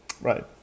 right